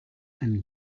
and